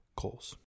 goals